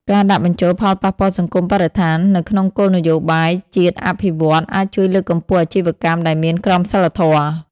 ការដាក់បញ្ចូលផលប៉ះពាល់សង្គមបរិស្ថាន នៅក្នុងគោលនយោបាយជាតិអភិវឌ្ឍន៍ អាចជួយលើកកម្ពស់អាជីវកម្មដែលមានក្រមសីលធម៌ ។